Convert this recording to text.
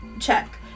check